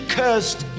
cursed